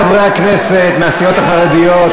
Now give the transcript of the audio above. חברי הכנסת מסיעות החרדיות,